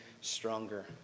stronger